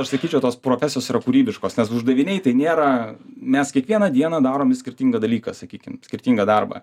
aš sakyčiau tos profesijos yra kūrybiškos nes uždaviniai tai nėra mes kiekvieną dieną darom vis skirtingą dalyką sakykim skirtingą darbą